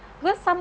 because some